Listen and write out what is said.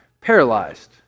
paralyzed